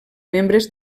membres